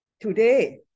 today